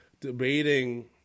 debating